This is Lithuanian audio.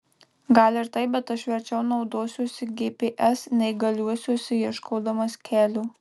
gal ir taip bet aš verčiau naudosiuosi gps nei galuosiuosi ieškodamas kelio